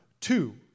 two